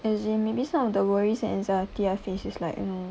as in maybe some of the worries and anxiety I face is like you know